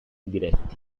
diretti